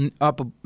up